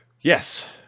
Yes